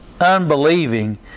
unbelieving